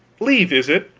leave, is it?